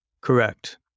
Correct